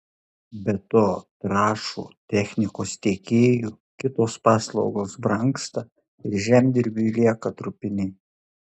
be to trąšų technikos tiekėjų kitos paslaugos brangsta ir žemdirbiui lieka trupiniai